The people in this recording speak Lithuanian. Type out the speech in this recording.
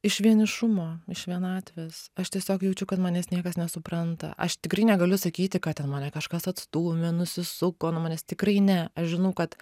iš vienišumo iš vienatvės aš tiesiog jaučiu kad manęs niekas nesupranta aš tikrai negaliu sakyti kad ten mane kažkas atstūmė nusisuko nuo manęs tikrai ne aš žinau kad